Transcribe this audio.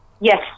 Yes